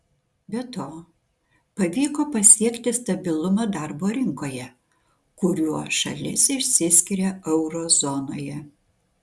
be to pavyko pasiekti stabilumą darbo rinkoje kuriuo šalis išsiskiria euro zonoje